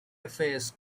affairs